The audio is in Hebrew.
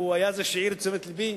הוא היה זה שהסב את תשומת לבי